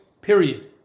period